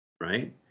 right